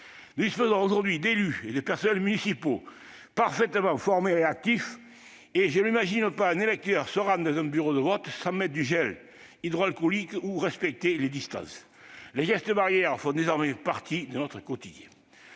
Nous disposons aujourd'hui d'élus et de personnels municipaux parfaitement formés et réactifs. Je n'imagine pas un électeur se rendre dans un bureau de vote sans utiliser du gel hydroalcoolique ou respecter les distances. Les gestes barrières font désormais partie de notre quotidien.